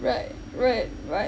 right right right